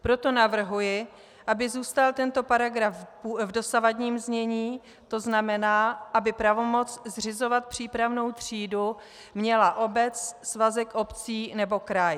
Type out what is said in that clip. Proto navrhuji, aby zůstal tento paragraf v dosavadním znění, to znamená, aby pravomoc zřizovat přípravnou třídu měla obec, svazek obcí nebo kraj.